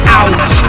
out